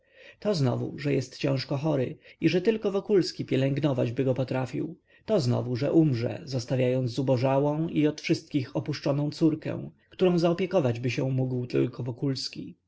to znowu że jest ciężko chory i że tylko wokulski pielęgnowaćby go potrafił to znowu że umrze zostawiając zubożałą i od wszystkich opuszczoną córkę którą zaopiekowaćby się mógł tylko wokulski